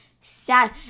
sad